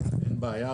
אין בעיה,